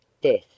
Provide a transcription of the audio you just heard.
death